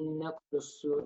net su